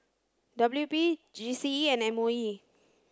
W P G C E and M O E